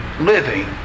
living